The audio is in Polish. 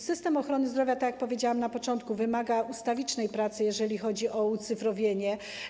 System ochrony zdrowia, tak jak powiedziałam na początku, wymaga ustawicznej pracy, jeżeli chodzi o ucyfrowienie.